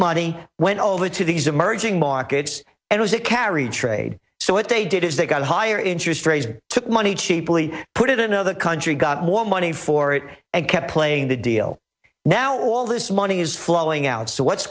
money went over to these emerging markets and was that carry trade so what they did is they got higher interest rates took money cheaply put it another country got more money for it and kept playing the deal now all this money is flowing out so what's